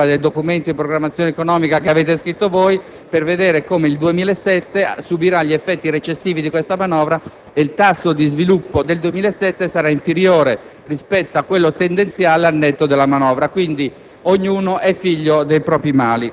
basta leggere la Nota integrativa del Documento di programmazione che avete scritto voi, per vedere come il 2007 subirà gli effetti recessivi di questa manovra e il tasso di sviluppo dello stesso anno sarà inferiore rispetto a quello di sviluppo tendenziale, al netto della manovra,